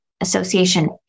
association